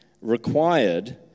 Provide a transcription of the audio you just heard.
required